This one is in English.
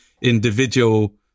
individual